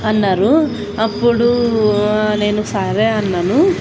అన్నారు అప్పుడు నేను సరే అన్నాను